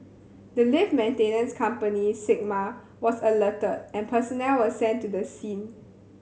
the lift maintenance company Sigma was alerted and personnel were sent to the scene